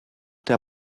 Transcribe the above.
der